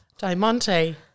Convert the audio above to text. Diamante